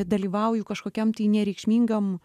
dalyvauju kažkokiam tai nereikšmingam